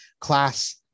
class